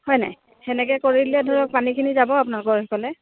হয় নাই সেনেকে কৰিলে ধৰক পানীখিনি যাব আপোনালোকৰ সিফালে